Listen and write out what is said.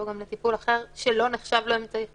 גם לטיפול אחר שלא נחשב לאמצעי חלופי?